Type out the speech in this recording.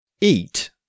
eat